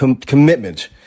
commitment